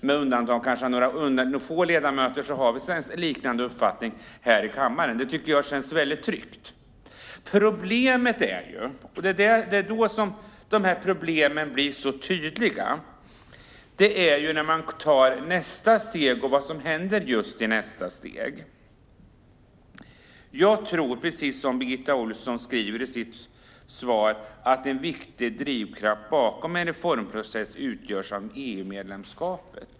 Med undantag för kanske några få ledamöter har vi en liknande uppfattning här i kammaren. Det tycker jag känns väldigt tryggt. Men problemen blir tydliga när man tar nästa steg, och det är vad som händer i nästa steg som är viktigt. Jag tror, precis som Birgitta Ohlsson skriver i sitt svar, att en viktig drivkraft bakom en reformprocess utgörs av EU-medlemskapet.